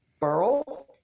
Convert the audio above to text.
Burl